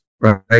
right